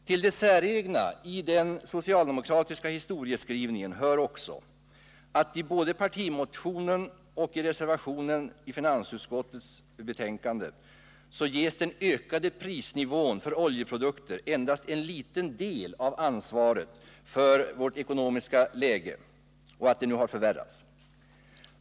Till det säregna i den socialdemokratiska historieskrivningen hör också att i både partimotionen och reservationen till finansutskottets betänkande ges den ökade prisnivån för oljeprodukter endast en liten del av ansvaret för att vårt ekonomiska läge nu åter förvärrats.